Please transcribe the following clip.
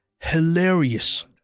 hilarious